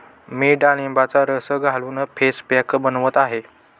मी डाळिंबाचा रस घालून फेस पॅक बनवत आहे